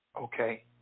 okay